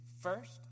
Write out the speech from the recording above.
first